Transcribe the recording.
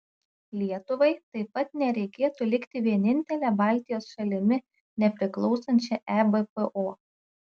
lietuvai taip pat nereikėtų likti vienintele baltijos šalimi nepriklausančia ebpo